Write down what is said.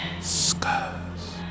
scars